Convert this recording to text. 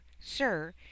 sir